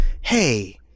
hey